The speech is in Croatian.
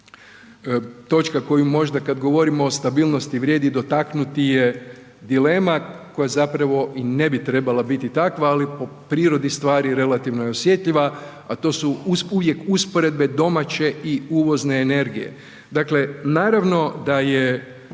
Točka koju možda kad govorimo o stabilnosti vrijedi dotaknuti je dilema koja zapravo i ne bi trebala biti takva, ali po prirodi stvari je relativno je osjetljiva, a to su uvijek usporedbe domaće i uvozne energije. Dakle, naravno da je